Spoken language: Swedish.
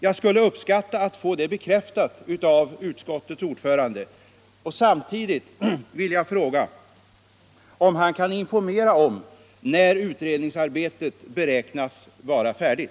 Jag skulle uppskatta att få det bekräftat av utskottets ordförande. Samtidigt vill jag fråga om han kan säga när utredningsarbetet beräknas vara färdigt.